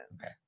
Okay